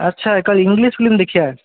ଆଚ୍ଛା ଏକା English film ଦେଖିବା